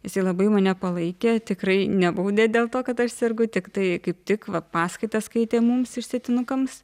jisai labai mane palaikė tikrai nebaudė dėl to kad aš sergu tiktai kaip tik va paskaitas skaitė mums išsėtinukams